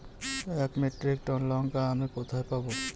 এক metric ton লঙ্কা আমি কোথায় পাবো?